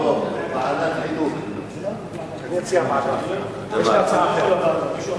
יש לי הצעה אחרת.